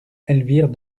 elvire